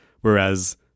Whereas